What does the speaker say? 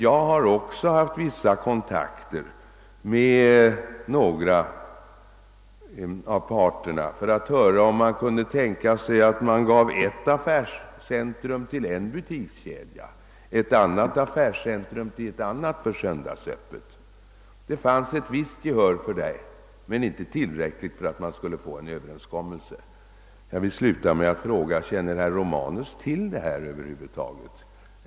Jag har också haft vissa kontakter med några av parterna för att höra, om man kunde tänka sig att ge rätten att hålla söndagsöppet i ett affärscentrum till en butikskedja och motsvarande rätt i ett annat affärscentrum till en annan butikskedja. Det fanns ett visst gehör för den tanken, men inte tillräckligt starkt för att man skulle kunna nå en överenskommelse. Jag vill sluta med att fråga: Känner herr Romanus till detta över huvud taget?